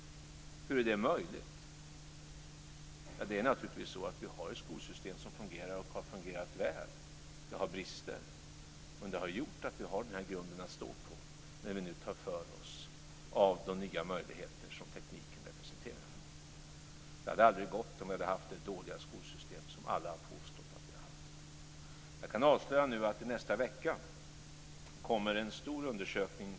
Hur är det möjligt? Det är naturligtvis så att vi har ett skolsystem som fungerar och som har fungerat väl. Det har brister, men det har gjort att vi har den här grunden att stå på när vi nu tar för oss av de nya möjligheter som tekniken representerar. Det hade aldrig gått om vi hade haft det dåliga skolsystem som alla har påstått att vi har haft. Jag kan avslöja nu att det i nästa vecka kommer att presenteras en stor undersökning.